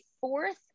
fourth